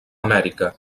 amèrica